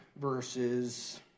versus